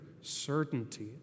certainty